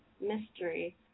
mystery